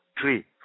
three